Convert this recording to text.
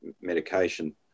medication